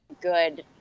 good